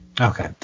okay